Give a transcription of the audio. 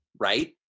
right